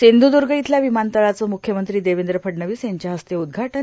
सिंधुदुर्ग इथल्या विमानतळाचं मुख्यमंत्री देवेंद्र फडणवीस यांच्या हस्ते उद्घाटन